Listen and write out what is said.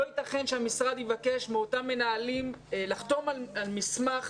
לא יתכן שהמשרד יבקש מאותם מנהלים לחתום על מסמך